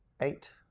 eight